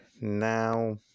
now